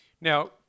Now